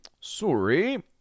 Sorry